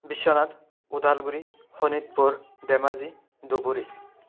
Biswanath Udalguri Sonitpur Dhemaji Dhubri